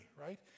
right